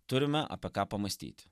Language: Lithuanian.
turime apie ką pamąstyti